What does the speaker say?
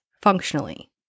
functionally